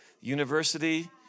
university